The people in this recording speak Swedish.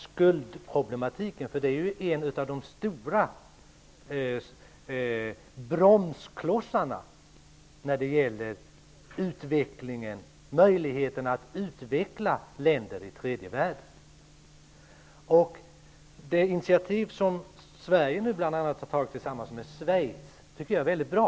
Skuldproblematiken är ju en av de stora bromsklossarna när det gäller möjligheterna att utveckla länder i tredje världen. Det initiativ till ett möte som bl.a. Sverige har tagit tillsammans med Schweiz tycker jag är mycket bra.